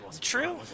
True